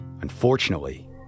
Unfortunately